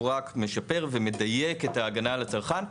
הוא רק משפר ומדייק את ההגנה על הצרכן,